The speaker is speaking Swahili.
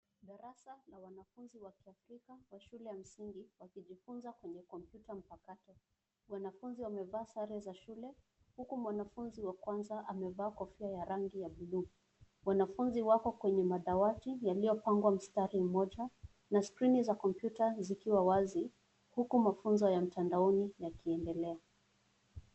Darasa la wanafunzi wa kiafrika wa shule ya msingi wakijifunza kwenye kompyuta mpakato. Wanafunzi wamevaa sare za shule huku mwanafunzi wa kwanza amevaa kofia ya rangi ya buluu. Wanafunzi wako kwenye madawati yaliyopangwa mstari mmoja na skrini za kompyuta zikiwa wazi huku mafunzo ya mtandaoni yakiendelea.